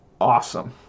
awesome